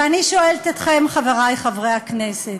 ואני שואלת אתכם, חברי חברי הכנסת: